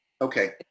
Okay